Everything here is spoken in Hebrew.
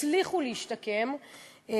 הצליחו להשתקם,